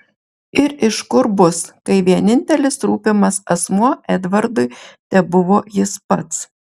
ir iš kur bus kai vienintelis rūpimas asmuo edvardui tebuvo jis pats